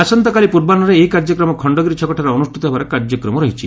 ଆସନ୍ତାକାଲି ପୂର୍ବାହ୍ବରେ ଏହି କାର୍ଯ୍ୟକ୍ରମ ଖଣ୍ଡଗିରି ଛକଠାରେ ଅନୁଷ୍ଟିତ ହେବାର କାର୍ଯ୍ୟକ୍ରମ ରହିଛି